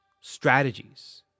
strategies